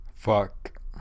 Fuck